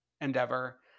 endeavor